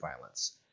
Violence